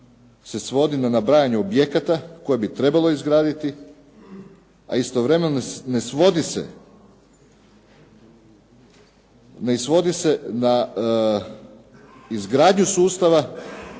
na nabrajanje objekata koje bi trebalo izgraditi, a istovremeno ne svodi se na izgradnju sustava u kojem